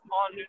on